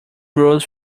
rose